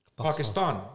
Pakistan